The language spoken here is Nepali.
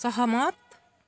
सहमत